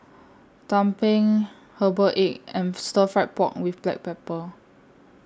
Tumpeng Herbal Egg and Stir Fry Pork with Black Pepper